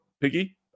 Piggy